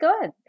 good